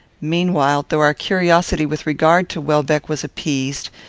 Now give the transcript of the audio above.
meanwhile, though our curiosity with regard to welbeck was appeased,